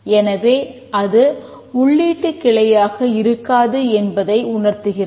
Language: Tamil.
எனவே அது உள்ளீட்டுக் கிளையாக இருக்காது என்பதை உணர்த்துகிறது